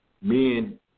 men